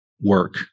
work